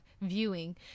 viewing